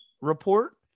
report